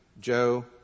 Joe